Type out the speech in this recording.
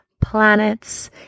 planets